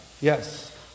yes